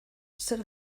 zer